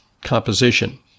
composition